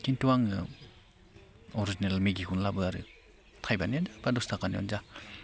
खिन्थु आङो अरिजिनेल मेगिखोनो लाबोयो आरो थाइबानियानो बा दस थाखानियानो जा